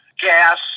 gas